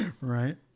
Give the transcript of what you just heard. Right